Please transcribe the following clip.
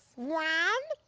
one,